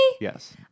yes